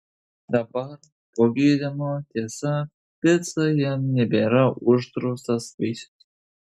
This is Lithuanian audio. dabar po gydymo tiesa pica jam nebėra uždraustas vaisius